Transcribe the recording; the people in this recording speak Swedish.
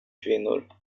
kvinnor